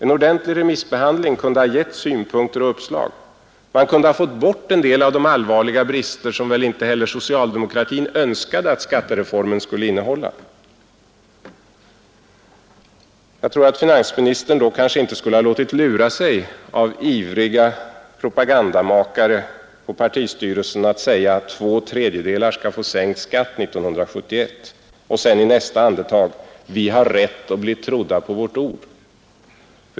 En ordentlig remissbehandling kunde ha gett synpunkter och uppslag. Man kunde ha fått bort en del av de allvarliga brister som väl inte heller socialdemokratin önskade att skattereformen skulle ha. Och finansministern kanske inte hade låtit lura sig av ivriga propagandamakare på partistyrelsen att säga: Två tredjedelar skall få sänkt skatt 1971. Och i nästa andetag: Vi har rätt att bli trodda på vårt ord.